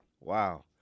Wow